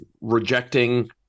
rejecting